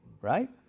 Right